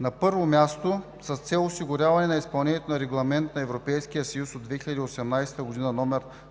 На първо място, с цел осигуряване изпълнението на Регламент на Европейския съюз от 2018 г., № 644